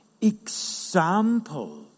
example